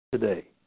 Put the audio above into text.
today